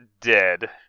dead